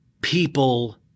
people